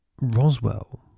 Roswell